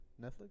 Netflix